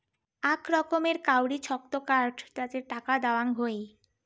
আক রকমের কাউরি ছক্ত কার্ড তাতে টাকা দেওয়াং হই